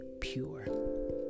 pure